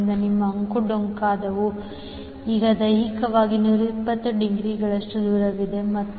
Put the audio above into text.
ಆದ್ದರಿಂದ ನಿಮ್ಮ ಅಂಕುಡೊಂಕಾದವು ಈಗ ದೈಹಿಕವಾಗಿ 120 ಡಿಗ್ರಿಗಳಷ್ಟು ದೂರವಿದೆ